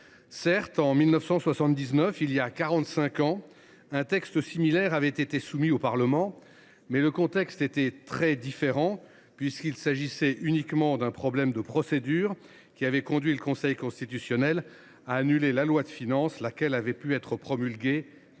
Certes, en 1979, il y a quarante cinq ans, un texte similaire avait été soumis au Parlement, mais le contexte était très différent : il s’agissait uniquement d’un problème de procédure, qui avait conduit le Conseil constitutionnel à annuler la loi de finances, laquelle avait pu être promulguée dès le